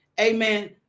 Amen